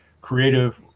creative